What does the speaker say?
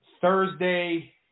Thursday